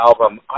album